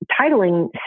titling